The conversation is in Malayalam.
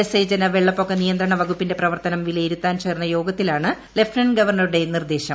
ജലസേചന വെളളപൊക്ക നിയന്ത്രണ വകുപ്പിന്റെ പ്രവർത്തനം വിലയിരുത്താൻ ചേർന്ന യോഗത്തിലാണ് ലഫ്റ്റനന്റ് ഗവർണറുടെ നിർദേശം